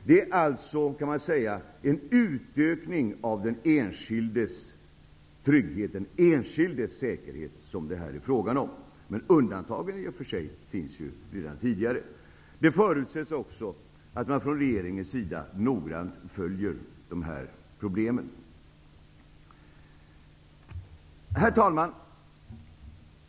Det är alltså en utökning av den enskildes trygghet och säkerhet som det är frågan om här, men undantagen finns redan tidigare. Det förutsätts också att regeringen noggrant följer problemen. Herr talman!